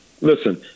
Listen